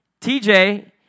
TJ